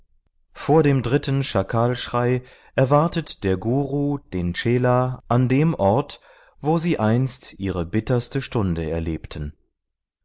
vor dem dritten schakalschrei erwartet der guru den chela an dem ort wo sie einst ihre bitterste stunde erlebten